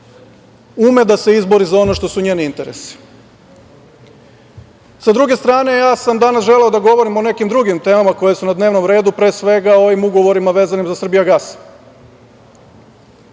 ume da se izbori za ono što su njeni interesi. Sa druge strane, ja sam danas želeo da govorim o nekim drugim temama koje su na dnevnom redu, pre svega o ovim ugovorima vezanim za "Srbijagas".